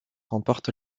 remporte